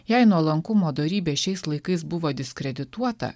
jei nuolankumo dorybė šiais laikais buvo diskredituota